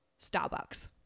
Starbucks